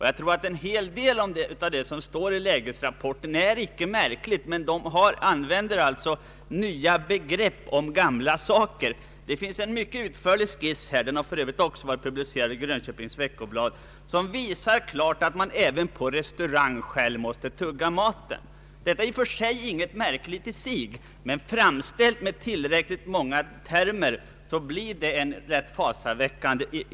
Jag tror att en hel del av det som står i lägesrapporten inte är så märkligt, men man använder nya begrepp cm gamla saker. Det finns en utförlig skiss — som för övrigt också har varit publicerad i Grönköpings Veckoblad — som klart visar att man även på restaurang själv måste tugga maten. Detta är i och för sig inget märkligt, men framställd med tillräckligt många termer blir iakttagelsen rätt fasaväckande.